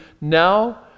now